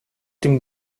dem